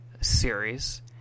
series